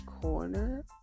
corner